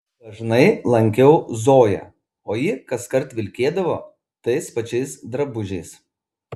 dažnai lankiau zoją o ji kaskart vilkėdavo tais pačiais drabužiais